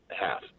half